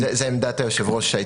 זו עמדת היושב-ראש.